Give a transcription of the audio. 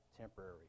temporary